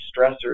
stressors